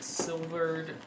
silvered